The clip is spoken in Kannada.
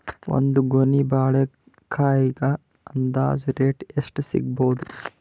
ಒಂದ್ ಗೊನಿ ಬಾಳೆಕಾಯಿಗ ಅಂದಾಜ ರೇಟ್ ಎಷ್ಟು ಸಿಗಬೋದ?